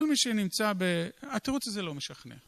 כל מי שנמצא ב... התרוץ הזה לא משכנע